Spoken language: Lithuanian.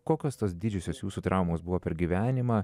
kokios tos didžiosios jūsų traumos buvo per gyvenimą